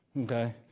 Okay